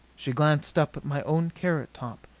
she glanced up at my own carrot-top,